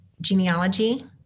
Genealogy